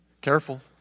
Careful